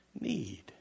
need